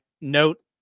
note